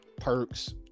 perks